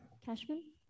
Cashman